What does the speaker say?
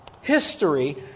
history